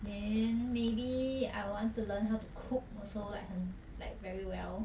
then maybe I want to learn how to cook also like 很 like very well